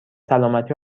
سلامتی